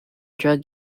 drug